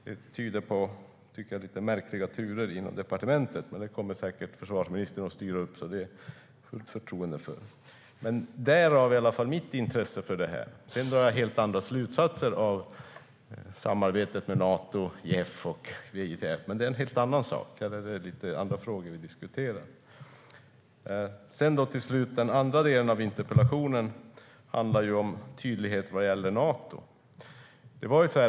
Det tyder på lite märkliga turer inom departementet. Men det kommer säkert försvarsministern att styra upp. Det har jag fullt förtroende för. Det är alltså detta som har lett till mitt intresse för det här. Sedan drar jag andra slutsatser av samarbetet med Nato, JEF och VJTF, men det är en annan diskussion. Den andra delen av interpellationen handlar om tydlighet vad gäller Nato.